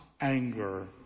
anger